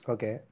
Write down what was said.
Okay